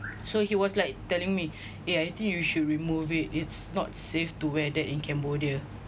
so he was like telling me eh I think you should remove it is not safe to wear that in cambodia